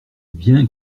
viens